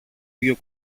ίδιο